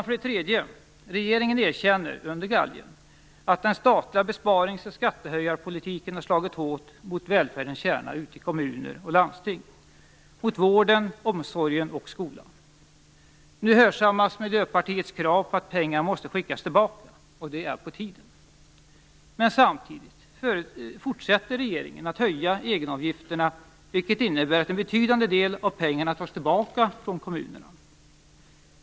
För det tredje erkänner regeringen, under galgen, att den statliga besparings och skattehöjarpolitiken har slagit hårt mot välfärdens kärna ute i kommuner och landsting; mot vården, omsorgen och skolan. Nu hörsammas Miljöpartiets krav på att pengar måste skickas tillbaka, och det är på tiden! Men samtidigt fortsätter regeringen att höja egenavgifterna, vilket innebär att en betydande del av pengarna tas tillbaka från kommunerna.